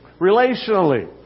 Relationally